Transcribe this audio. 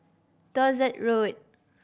Dorset Road